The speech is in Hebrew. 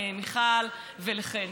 למיכל ולחן.